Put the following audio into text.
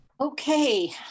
Okay